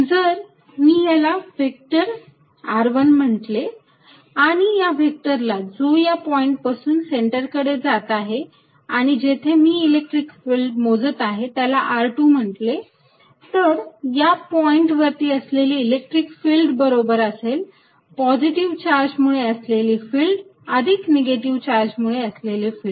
जर मी याला व्हेक्टर r1 म्हटले आणि या व्हेक्टरला जो या पॉईंटपासून सेंटर कडे जात आहे आणि जेथे मी इलेक्ट्रिक फिल्ड मोजत आहे त्याला r2 म्हंटले तर या पॉईंट वरती असलेली इलेक्ट्रिक फिल्ड बरोबर असेल पॉझिटिव्ह चार्ज मुळे असलेली फिल्ड अधिक निगेटिव्ह चार्ज मुळे असलेली फिल्ड